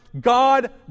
God